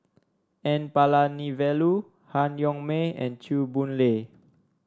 N Palanivelu Han Yong May and Chew Boon Lay